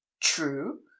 true